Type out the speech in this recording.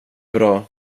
bra